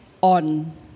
on